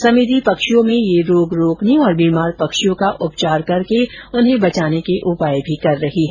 समिति पक्षियों में यह रोग रोकने और बीमार पक्षियों का उपचार करके उन्हें बचाने के उपाय भी करे रही हैं